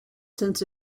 sense